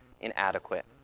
inadequate